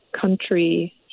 country